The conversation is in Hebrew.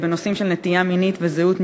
בנושאים של נטייה מינית וזהות מגדרית.